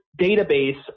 database